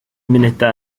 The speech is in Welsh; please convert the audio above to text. munudau